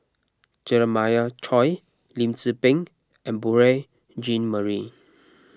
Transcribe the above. Jeremiah Choy Lim Tze Peng and Beurel Jean Marie